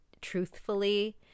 truthfully